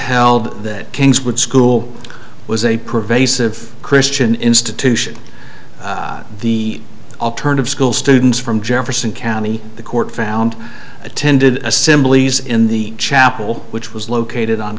held that kings would school was a pervasive christian institution the alternative school students from jefferson county the court found attended assemblies in the chapel which was located on